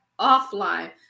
offline